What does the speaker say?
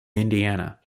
indiana